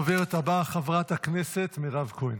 הדוברת הבאה, חברת הכנסת מירב כהן,